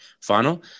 final